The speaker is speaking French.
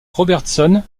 robertson